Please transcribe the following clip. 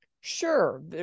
sure